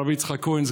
הרב יצחק כהן,